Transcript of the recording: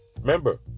Remember